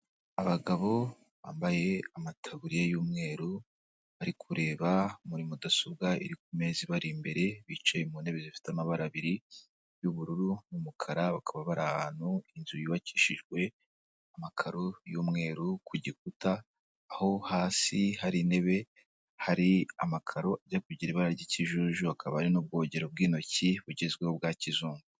Abagabo bambaye amataburiya y'umweru, bari kureba muri mudasobwa iri ku mezi ibari imbere, bicaye mu ntebe zifite amabara abiri, y'ubururu n'umukara, bakaba bari ahantu inzu yubakishijwe amakaro y'umweru ku gikuta, aho hasi hari intebe, hari amakaro ajya kugira ibara ry'ikijuju, hakaba hari n'ubwogero bw'intoki bugezweho bwa kizungu.